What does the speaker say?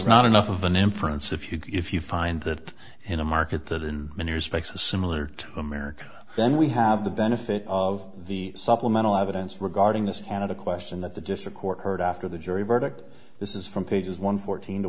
not enough of an inference if you if you find that in a market that in many respects similar to america then we have the benefit of the supplemental evidence regarding this and a question that the district court heard after the jury verdict this is from pages one fourteen to